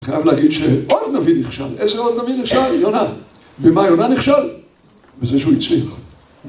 חייב להגיד שעוד נביא נכשל, איזה עוד נביא נכשל? יונה. ומה יונה נכשל? בזה שהוא הצליח.